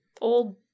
old